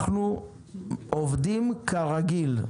אנחנו עובדים כרגיל.